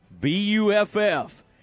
B-U-F-F